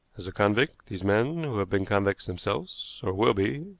as a convict, these men, who have been convicts themselves, or will be,